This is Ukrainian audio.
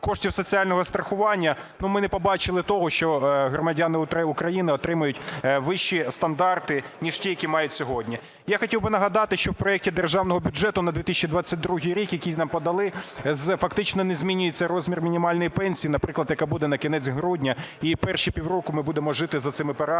коштів соціального страхування, ну, ми не побачили того, що громадяни України отримують вищі стандарти, ніж ті, які мають сьогодні. Я хотів би нагадати, що в проекті Державного бюджету на 2022 рік, який нам подали, фактично не змінюється розмір мінімальної пенсії, наприклад, яка буде на кінець грудня. І перші півроку ми будемо жити за цими параметрами,